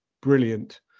brilliant